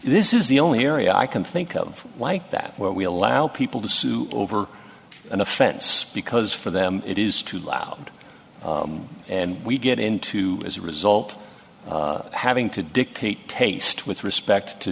this is the only area i can think of like that where we allow people to sue over an offense because for them it is too loud and we get into as a result having to dictate taste with respect to